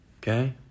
Okay